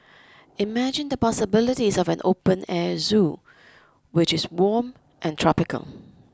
imagine the possibilities of an open air zoo which is warm and tropical